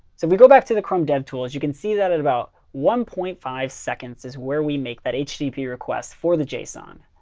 so if we go back to the chrome devtools, you can see that at about one point five seconds is where we make that http request for the json.